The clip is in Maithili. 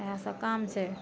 एहए सब काम छै